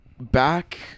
back